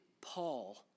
Paul